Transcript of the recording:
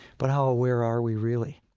but how aware are we really?